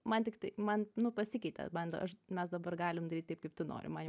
man tiktai man nu pasikeitė bando aš mes dabar galim daryt taip kaip tu nori man jau